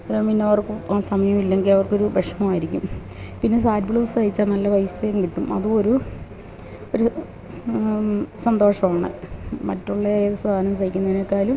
അന്നേരം പിന്നവര്ക്കും ആ സമയം ഇല്ലെങ്കില് അവര്ക്കൊരു വിഷമമായിരിക്കും പിന്നെ സാരി ബ്ലൗസ് തയ്ച്ചാല് നല്ല പൈസയും കിട്ടും അതുമൊരു ഒരു സന്തോഷമാണ് മറ്റുള്ള ഏത് സാധനം തയ്ക്കുന്നതിനേക്കാളിലും